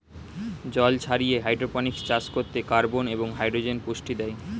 জল ছাড়িয়ে হাইড্রোপনিক্স চাষ করতে কার্বন এবং হাইড্রোজেন পুষ্টি দেয়